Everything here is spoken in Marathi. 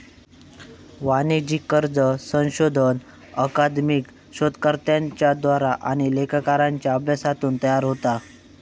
वाणिज्यिक कर्ज संशोधन अकादमिक शोधकर्त्यांच्या द्वारा आणि लेखाकारांच्या अभ्यासातून तयार होता